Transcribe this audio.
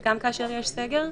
גם כאשר יש סגר?